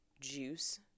juice